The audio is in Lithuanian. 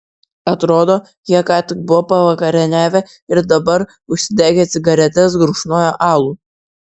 atrodo jie ką tik buvo pavakarieniavę ir dabar užsidegę cigaretes gurkšnojo alų